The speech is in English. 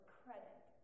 credit